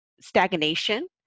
stagnation